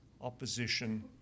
opposition